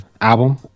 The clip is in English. album